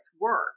work